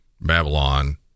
Babylon